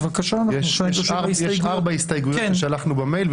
יש ארבע הסתייגויות ששלחנו במייל,